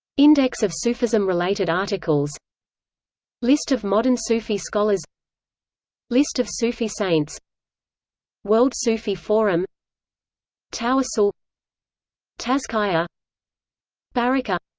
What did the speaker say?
index of sufism-related articles list of modern sufi scholars list of sufi saints world sufi forum tawassul tazkiah barakah